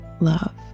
love